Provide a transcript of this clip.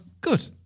Good